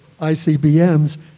ICBMs